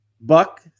Buck